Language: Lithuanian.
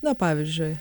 na pavyzdžiui